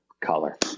color